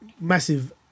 massive